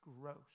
gross